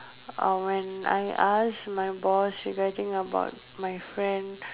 uh when I ask my boss regarding about my friend